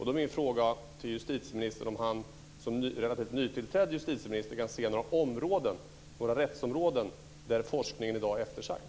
Då är min fråga till justitieministern om han, som relativt nytillträdd justitieminister, kan se några rättsområden där forskningen i dag är eftersatt.